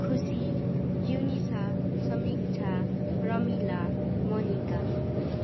खुसी युनिसा समिक्षा रमिला मनिका